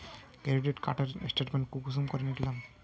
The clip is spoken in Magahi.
क्रेडिट कार्डेर स्टेटमेंट कुंसम करे निकलाम?